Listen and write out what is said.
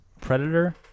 Predator